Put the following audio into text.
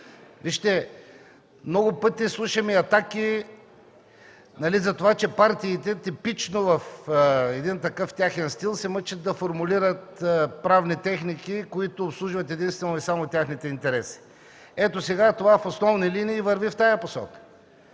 Много пъти слушаме атаки за това, че партиите, типично в един такъв техен стил, се мъчат да формулират правни техники, които обслужват единствено и само техните интереси. Ето, сега това, в основни линии върви в тази посока.